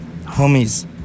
homies